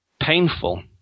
painful